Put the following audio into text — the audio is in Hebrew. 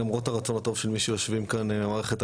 למרות הרצון הטוב של מי שיושבים כאן מהמערכת,